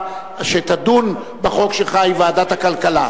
שתדון בחוק שלך היא ועדת הכלכלה.